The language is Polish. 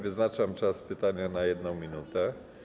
Wyznaczam czas pytania na 1 minutę.